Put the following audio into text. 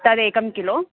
तदेकं किलो